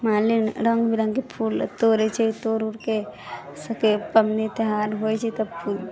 मालिन रङ्ग वीरङ्गके फूल तोड़ै छै तऽ तोड़ि उड़के सबकेँ पबनी तिहार होइ छै तऽ फूल